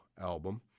album